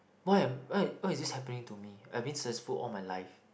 why am why why is this happening to me I been successful all my life